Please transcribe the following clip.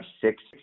six